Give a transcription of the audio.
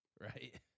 Right